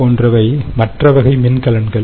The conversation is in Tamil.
போன்றவை மற்ற வகை மின்கலன்கள்